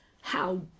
How